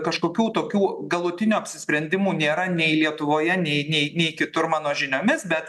kažkokių tokių galutinių apsisprendimų nėra nei lietuvoje nei nei nei kitur mano žiniomis bet